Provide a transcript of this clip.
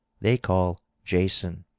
they call jason,